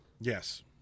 Yes